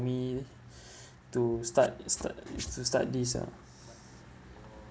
me to start to start this to start this ah